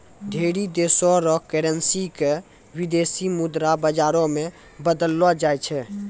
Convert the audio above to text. ढेरी देशो र करेन्सी क विदेशी मुद्रा बाजारो मे बदललो जाय छै